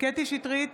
קטי קטרין שטרית,